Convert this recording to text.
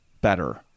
better